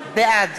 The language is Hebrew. בעד